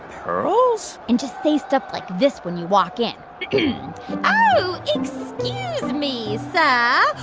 pearls? and just say stuff like this when you walk in in oh, excuse me, sir.